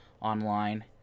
online